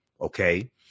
okay